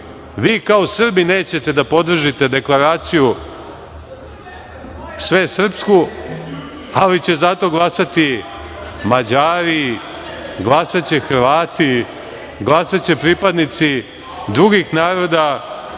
Vi kao Srbi nećete da podržite Deklaraciju svesrpsku, ali će za to glasati Mađari, glasaće Hrvati, glasaće pripadnici drugih naroda,